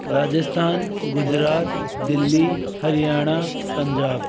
Rajasthan Gujarat Delhi Haryana Punjab